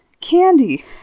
candy